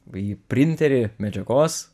į printerį medžiagos